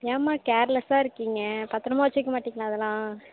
ஏன்ம்மா கேர்லெஸாக இருக்கீங்க பத்திரமா வச்சுக்க மாட்டிங்களா அதெல்லாம்